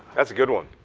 that's a good one,